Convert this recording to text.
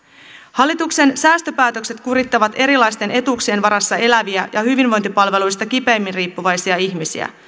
hallituksen säästöpäätökset kurittavat erilaisten etuuksien varassa eläviä ja hyvinvointipalveluista kipeimmin riippuvaisia ihmisiä